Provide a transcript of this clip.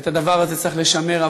ואת הדבר הזה צריך לשמר,